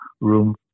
room